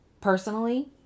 Personally